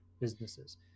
businesses